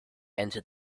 entered